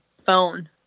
phone